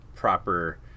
proper